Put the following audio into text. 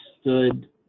stood